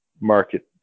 market